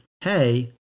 hey